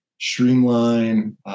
streamline